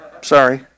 Sorry